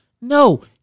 no